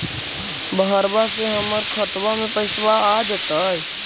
बहरबा से हमर खातबा में पैसाबा आ जैतय?